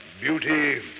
Beauty